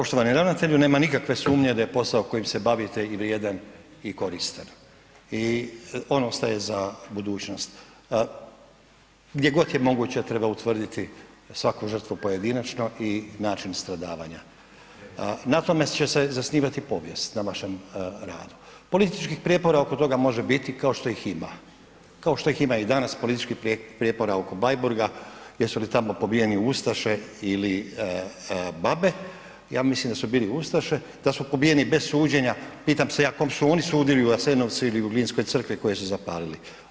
Poštovani ravnatelju, nema nikakve sumnje da je posao kojim se bavite i vrijedan i koristan i on ostaje za budućnost, gdje god je moguće treba utvrditi svaku žrtvu pojedinačno i način stradavanja, na tome će se zasnivati povijest, na vašem radu, političkih prijepora oko toga može biti, kao što ih ima, kao što ih ima i danas političkih prijepora oko Bleiburga jesu li tamo pobijeni ustaše ili babe, ja mislim da su bili ustaše, da su pobijeni bez suđenja, pitam se ja kom su oni sudili u Jasenovcu ili u Glinskoj crkvi koju su zapalili.